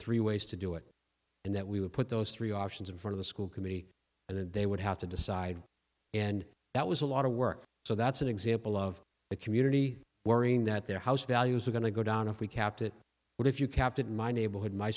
three ways to do it and that we would put those three options in front of the school committee and then they would have to decide and that was a lot of work so that's an example of the community worrying that their house values are going to go down if we kept it but if you kept it in my neighborhood my